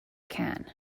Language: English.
can